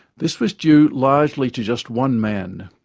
this was due largely to just one man,